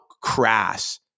crass